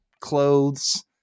clothes